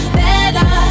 better